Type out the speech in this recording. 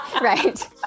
right